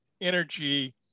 energy